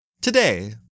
Today